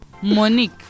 Monique